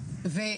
נוראית.